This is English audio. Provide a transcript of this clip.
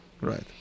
Right